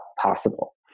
possible